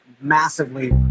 massively